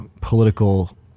political